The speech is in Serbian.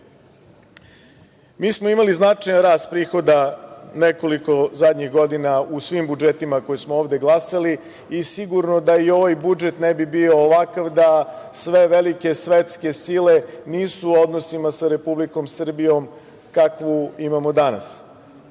smo imali značajan rast prihoda nekoliko zadnjih godina u svim budžetima koje smo ovde glasali i sigurno da i ovaj budžet ne bi bio ovakav da sve velike svetske sile nisu u odnosima sa Republikom Srbijom kakvu imamo danas. Upravo